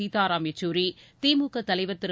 சீதாராம் யெச்சூரி திமுக தலைவர் திரு